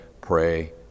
pray